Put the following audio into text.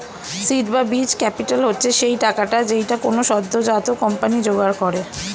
seed বা বীজ capital হচ্ছে সেই টাকাটা যেইটা কোনো সদ্যোজাত কোম্পানি জোগাড় করে